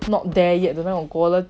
not there yet 的那种 quality mah